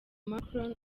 macron